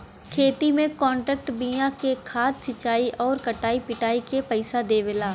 खेती में कांट्रेक्टर बिया खाद सिंचाई आउर कटाई पिटाई के पइसा देवला